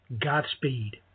Godspeed